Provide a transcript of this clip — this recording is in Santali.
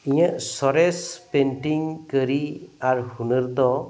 ᱤᱧᱟᱹᱜ ᱥᱚᱨᱮᱥ ᱯᱮᱱᱴᱤᱝ ᱠᱟᱨᱤ ᱟᱨ ᱦᱩᱱᱟᱹᱨ ᱫᱚ